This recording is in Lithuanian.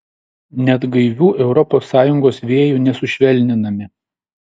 net gaivių europos sąjungos vėjų nesušvelninami